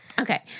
Okay